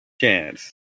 chance